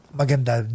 maganda